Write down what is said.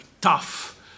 tough